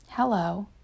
Hello